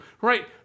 right